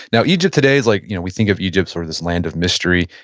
now, egypt today is like, you know we think of egypt sort of this land of mystery,